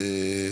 אוקיי.